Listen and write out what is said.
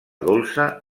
dolça